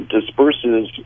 disperses